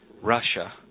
Russia